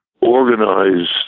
organized